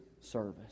service